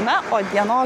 na o dienos